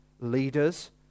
leaders